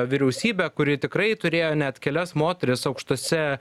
vyriausybę kuri tikrai turėjo net kelias moteris aukštose